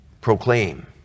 proclaim